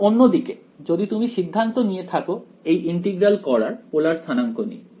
এখন অন্য দিকে যদি তুমি সিদ্ধান্ত নিয়ে থাকো এই ইন্টিগ্রাল করার পোলার স্থানাংক নিয়ে